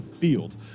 field